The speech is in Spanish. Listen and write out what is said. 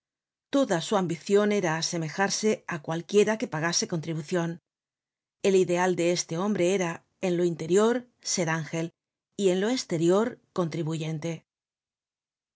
toda su ambicion era asemejarse á cualquiera que pagase contribucion el ideal de este hombre era en lo interior ser ángel y en lo esterior contribuyente